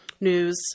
news